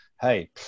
hey